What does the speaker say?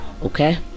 Okay